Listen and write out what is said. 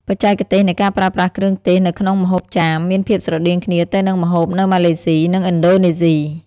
បច្ចេកទេសនៃការប្រើប្រាស់គ្រឿងទេសនៅក្នុងម្ហូបចាម មានភាពស្រដៀងគ្នាទៅនឹងម្ហូបនៅម៉ាឡេសុី និងឥណ្ឌូនេស៊ី។